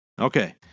Okay